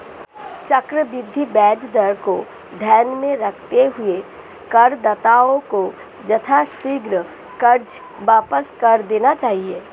चक्रवृद्धि ब्याज दर को ध्यान में रखते हुए करदाताओं को यथाशीघ्र कर्ज वापस कर देना चाहिए